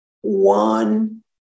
one